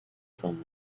from